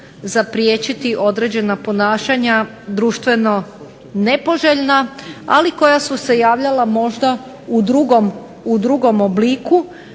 zapriječiti određena ponašanja društveno nepoželjna ali koja su se javljala možda u drugom obliku,